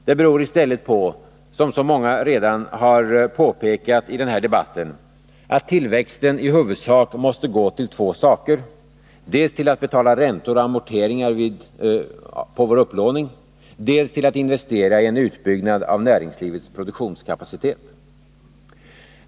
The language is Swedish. Det beror i stället på — som så många redan har påpekat i den här debatten — att tillväxten i huvudsak måste gå till två saker: dels till att betala räntor och amorteringar på vår upplåning, dels till att investera i en utbyggnad av näringslivets produktionskapacitet.